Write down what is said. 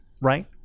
Right